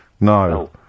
No